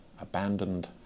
abandoned